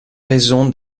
raison